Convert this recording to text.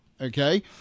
Okay